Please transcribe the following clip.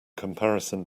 comparison